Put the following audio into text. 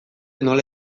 nola